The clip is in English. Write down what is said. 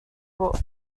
books